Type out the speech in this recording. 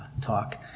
talk